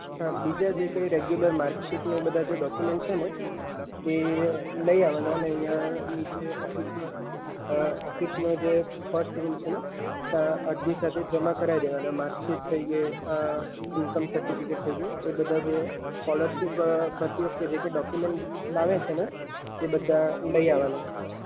બીજા જે કંઈ રેગ્યુલર માર્કશીટમાં બધા જે ડોક્યુમેન્ટ છે ને એ લઈ આવવાના અને અહીં નીચે ઓફિસ ઓફિસમાં જે ફર્સ્ટ રૂમ છે ને ત્યાં અરજી સાથે જમા કરાવી દેવાના માર્કશીટ પછી જે ઇનકમ સર્ટિફિકેટ થઈ ગયું એ બધાં જે સ્કોલરશીપ ભરતી વખતે કે કઈ ડોક્યુમેન્ટ લાવે છે ને એ બધાં લઈ આવવાના